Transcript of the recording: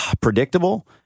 predictable